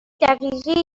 دقیقه